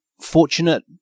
fortunate